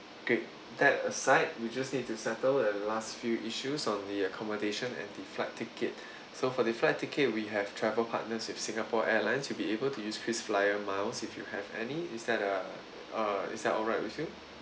great that aside we just need to settle a last few issues on the accommodation and the flight ticket so for the flight ticket we have travel partners with singapore airlines you'll be able to use krisflyer miles if you have any is that uh uh is that alright with you